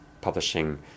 publishing